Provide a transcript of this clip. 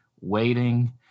waiting